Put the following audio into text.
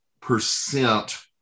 percent